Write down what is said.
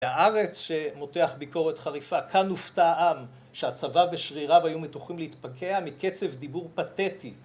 בהארץ שמותח ביקורת חריפה כאן הופתע עם שהצבא ושריריו היו מתוחים להתפקע מקצב דיבור פתטי